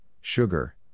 sugar